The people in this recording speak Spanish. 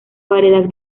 variedad